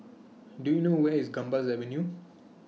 Do YOU know Where IS Gambas Avenue